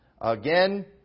again